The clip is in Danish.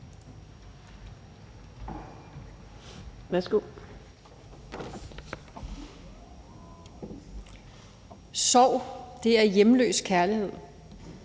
Sorg er hjemløs kærlighed.